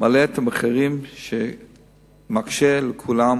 מעלה את המחירים באופן שמקשה על כולם